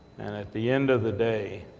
and at the end of the day,